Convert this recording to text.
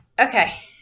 Okay